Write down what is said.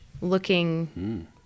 looking